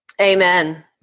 Amen